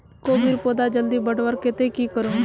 कोबीर पौधा जल्दी बढ़वार केते की करूम?